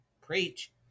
preach